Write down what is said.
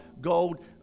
gold